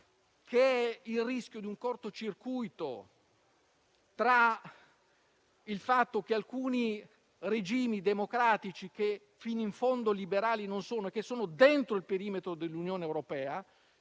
il rischio di un cortocircuito tra il fatto che alcuni regimi democratici, che fino in fondo liberali non sono e che sono dentro il perimetro dell'Unione europea,